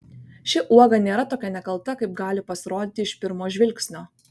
ši uoga nėra tokia nekalta kaip gali pasirodyti iš pirmo žvilgsnio